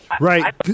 Right